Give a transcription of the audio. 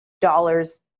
dollars